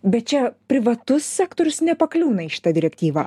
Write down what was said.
bet čia privatus sektorius nepakliūna į šitą direktyvą